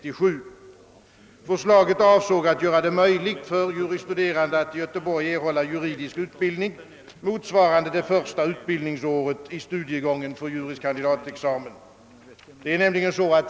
Förslaget avsåg att göra det möjligt för juris studerande att i Göteborg erhålla juridisk utbildning motsvarande det första utbildningsåret i studiegången för juris kandidatexamen.